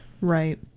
right